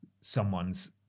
someone's